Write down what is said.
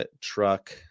truck